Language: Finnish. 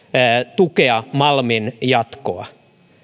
tukea malmin jatkoa